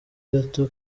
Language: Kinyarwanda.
gato